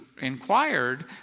inquired